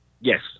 Yes